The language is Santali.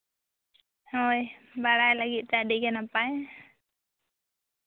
ᱦᱳᱭ ᱵᱟᱲᱟᱭ ᱞᱟᱹᱜᱤᱫ ᱛᱮ ᱟᱹᱰᱤᱜᱮ ᱱᱟᱯᱟᱭ